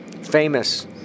Famous